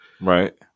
Right